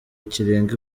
kirenga